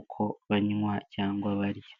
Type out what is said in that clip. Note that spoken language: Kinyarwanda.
uko banywa cyangwa barya.